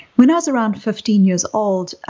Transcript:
when i was around fifteen years old, ah